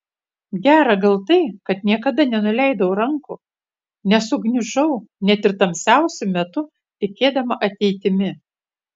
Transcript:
gera gal tai kad niekada nenuleidau rankų nesugniužau net ir tamsiausiu metu tikėdama ateitimi